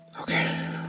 Okay